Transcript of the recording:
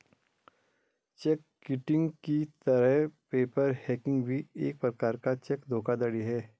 check kiting की तरह paper hanging भी एक प्रकार का चेक धोखाधड़ी है